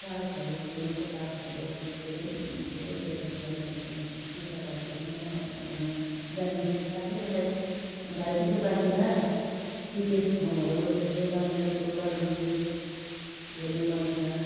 पार्कहरू फुलको पार्कहरू धेरै धेरै धेरैहरू छन् भनेर सुनेको थिएँ त्यो जग्गाहरूतिर मलाई पनि घुम्न जान मन छ साथै मलाई भारतदेखिको बाहिर विदेश ठाउँहरू जस्तै लन्डनको लन्डन ब्रिज हेर्नु मन छ